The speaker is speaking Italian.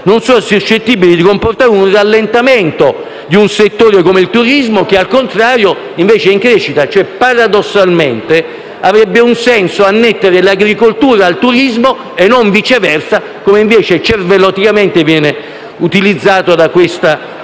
non sia suscettibile di comportare un rallentamento di un settore come il turismo, che invece è in crescita. Paradossalmente, avrebbe un senso annettere l'agricoltura al turismo e non viceversa, con invece cervelloticamente viene fatto in questa